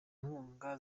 nkunga